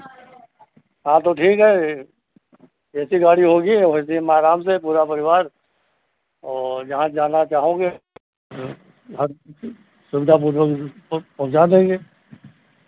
हाँ तो ठीक है ए सी गाड़ी होगी औ ए सी में आराम से पूरा परिवार और जहाँ पर जाना चाहोगे हर सु सुविधा पूर्वक प पहुंचा देंगे